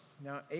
now